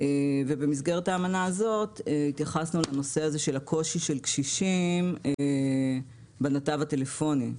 ובמסגרתה התייחסנו לנושא הזה של הקושי של קשישים בנתב הטלפוני.